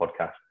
podcast